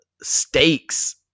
stakes